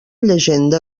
llegenda